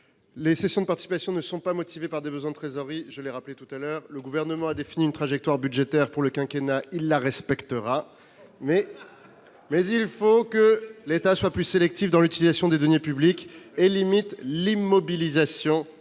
Les cessions de participations ne sont pas motivées par des besoins de trésorerie, je l'ai rappelé précédemment. Le Gouvernement a défini une trajectoire budgétaire pour le quinquennat, et il la respectera. Il faut que l'État soit plus sélectif dans l'utilisation des deniers publics et limite l'immobilisation